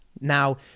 Now